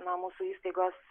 nuo mūsų įstaigos